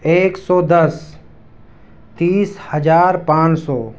ایک سو دس تیس ہزار پانچ سو